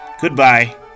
Goodbye